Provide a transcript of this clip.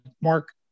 Mark